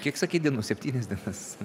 kiek sakei dienų septynias dienas